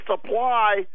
supply